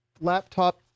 laptop